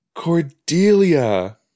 Cordelia